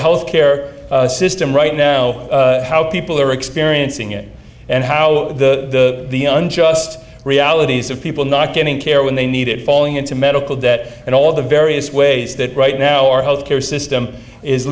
health care system right now how people are experiencing it and how the the unjust realities of people not getting care when they need it falling into medical debt and all the various ways that right now our health care system is